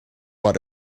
what